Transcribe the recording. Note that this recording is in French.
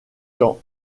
temps